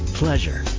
pleasure